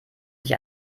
sich